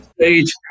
stage